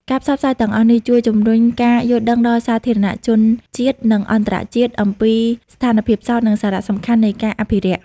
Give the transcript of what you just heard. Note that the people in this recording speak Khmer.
ការផ្សព្វផ្សាយទាំងអស់នេះ ជួយជំរុញការយល់ដឹងដល់សាធារណជនជាតិ និងអន្តរជាតិអំពីស្ថានភាពផ្សោត និងសារៈសំខាន់នៃការអភិរក្ស។